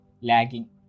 lagging